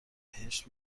بهشت